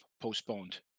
Postponed